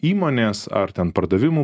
įmonės ar ten pardavimų